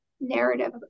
narrative